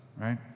Right